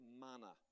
manna